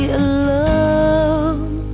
alone